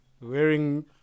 wearing